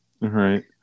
Right